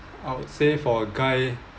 I would say for a guy